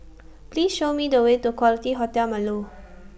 Please Show Me The Way to Quality Hotel Marlow